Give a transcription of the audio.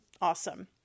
awesome